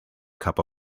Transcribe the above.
cup